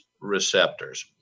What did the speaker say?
receptors